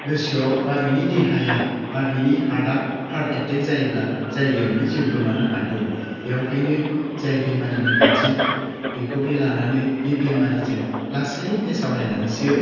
गोसोआव बा बिनि देहाया बा बिनि हार्टआ हार्ट एटेक्क जायोब्ला जायगायावनो जिउ गोमानो हागौ बेवहायनो जाय बेमारिनि गारजेन बेखौ बे लानानै बे बेमारिजों लासैयै सावरायनानैसो